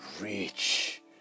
rich